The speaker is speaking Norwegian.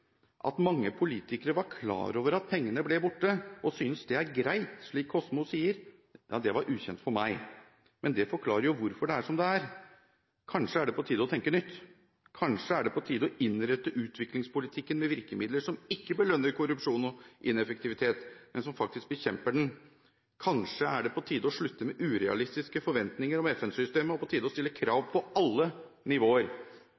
At mange politikere var klar over at pengene ble borte, og synes det er greit, slik Kosmo sier, var ukjent for meg. Men det forklarer jo hvorfor det er som det er. Kanskje er det på tide å tenke nytt. Kanskje er det på tide å innrette utviklingspolitikken med virkemidler som ikke belønner korrupsjon og ineffektivitet, men som faktisk bekjemper det. Kanskje er det på tide å slutte med urealistiske forventninger til FN-systemet, og på tide å stille krav på alle nivåer.